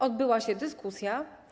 Odbyła się dyskusja.